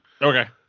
Okay